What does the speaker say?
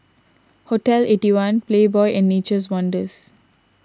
Hotel Eighty One Playboy and Nature's Wonders